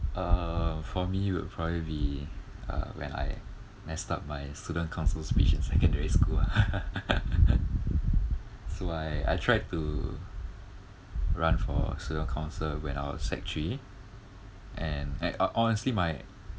uh for me it would probably be uh when I messed up my student council speech in secondary school lah so I I tried to run for student council when I was sec three and and ho~ honestly my